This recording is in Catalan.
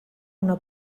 una